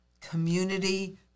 community